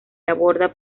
aborda